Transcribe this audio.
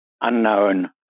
unknown